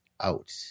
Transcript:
out